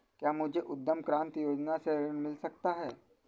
क्या मुझे उद्यम क्रांति योजना से ऋण मिल सकता है?